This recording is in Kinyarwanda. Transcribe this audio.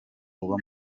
uba